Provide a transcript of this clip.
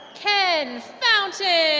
ken fountain